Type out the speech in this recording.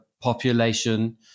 population